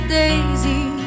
daisy